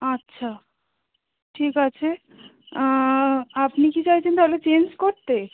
আচ্ছা ঠিক আছে আপনি কি চাইছেন তাহলে চেঞ্জ করতে